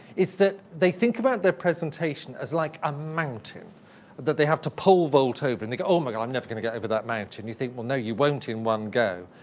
is that they think about their presentation as like a mountain that they have to pole vault over, and they go, um never going to get over that mountain. you think, well, no, you won't in one go.